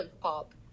pop